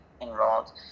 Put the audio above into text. enrolled